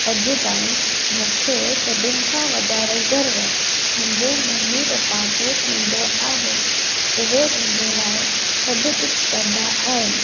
अॼु ताईं मूंखे सभिनी खां वधारे गर्व मुंहिंजे मम्मी पप्पा ते थींदो आहे उहे मुंहिंजे लाइ सभु कुझु कंदा आहिनि